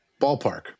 ballpark